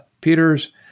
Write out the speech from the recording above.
Peters